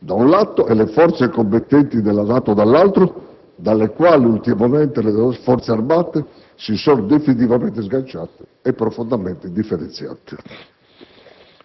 da un lato, e le forze combattenti della NATO, dall'altro, dalle quali ultimamente le nostre Forze armate si sono definitivamente sganciate e profondamente differenziate.